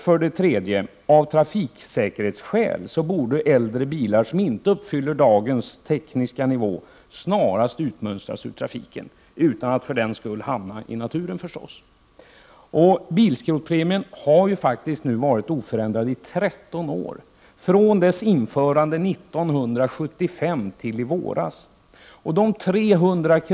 För det tredje: Av trafiksäkerhetsskäl borde äldre bilar, som inte uppfyller dagens tekniska nivå, snarast utmönstras ur trafiken, utan att för den skull hamna i naturen. Bilskrotpremien har varit oförändrad i 13 år, från införandet 1975 till i våras. De 300 kr.